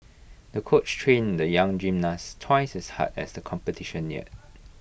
the coach trained the young gymnast twice as hard as the competition neared